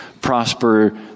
prosper